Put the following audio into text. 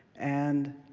and